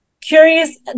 curious